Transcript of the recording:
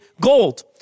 gold